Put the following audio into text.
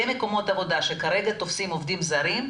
מקומות עבודה שכרגע תופסים עובדים זרים,